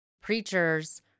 preachers